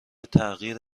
تغییر